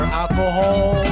alcohol